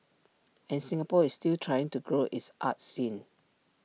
and Singapore is still trying to grow its arts scene